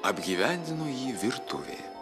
apgyvendino jį virtuvėje